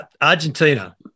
Argentina